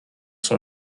son